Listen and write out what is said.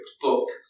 book